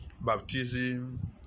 baptism